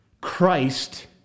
Christ